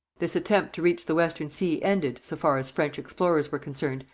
this attempt to reach the western sea ended, so far as french explorers were concerned,